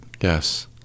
Yes